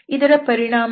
ಇದರ ಪರಿಣಾಮಗಳೇನು